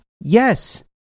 Yes